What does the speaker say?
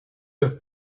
have